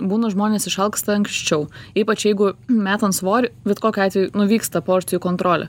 būna žmonės išalksta anksčiau ypač jeigu metant svorį bet kokiu atveju nu vyksta porcijų kontrolė